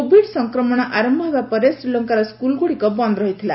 Covid ସଂକ୍ରମଣ ଆରମ୍ଭ ହେବା ପରେ ଶ୍ରୀଲଙ୍କାର ସ୍କୁଲ୍ଗୁଡ଼ିକ ବନ୍ଦ ରହିଥିଲା